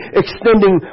extending